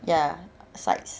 ya sides